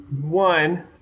One